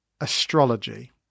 astrology